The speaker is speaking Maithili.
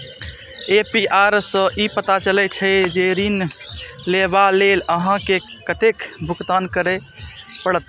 ए.पी.आर सं ई पता चलै छै, जे ऋण लेबा लेल अहां के कतेक भुगतान करय पड़त